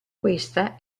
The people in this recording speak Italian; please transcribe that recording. questa